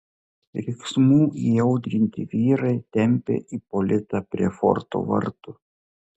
riksmų įaudrinti vyrai tempė ipolitą prie forto vartų